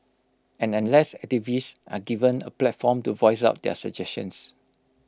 and unless activists are given A platform to voice out their suggestions